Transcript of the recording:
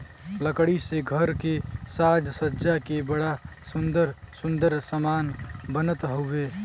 लकड़ी से घर के साज सज्जा के बड़ा सुंदर सुंदर समान बनत हउवे